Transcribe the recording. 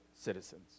citizens